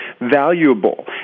valuable